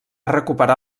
recuperar